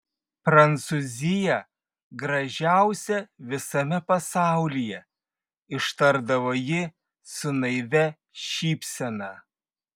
prancūzija gražiausia visame pasaulyje ištardavo ji su naivia šypsena